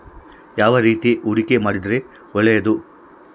ಯಾವ ರೇತಿ ಹೂಡಿಕೆ ಮಾಡಿದ್ರೆ ಒಳ್ಳೆಯದು?